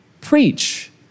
preach